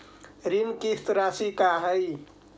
ऋण किस्त रासि का हई?